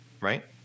right